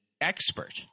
expert